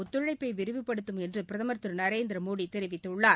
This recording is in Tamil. ஒத்துழைப்பைவிரிவுபடுத்தும் என்று பிரதமர் திருநரேந்திரமோடி தெரிவித்துள்ளார்